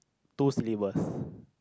two syllables